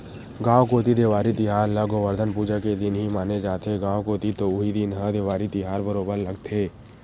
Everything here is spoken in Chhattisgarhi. गाँव कोती देवारी तिहार ल गोवरधन पूजा के दिन ही माने जाथे, गाँव कोती तो उही दिन ह ही देवारी तिहार बरोबर लगथे